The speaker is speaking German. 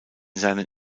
seinen